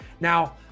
now